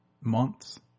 months